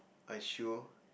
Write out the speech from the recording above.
a shoe